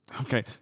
Okay